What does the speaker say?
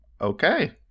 Okay